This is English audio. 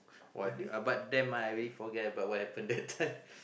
one uh but them I already forget about what happen that time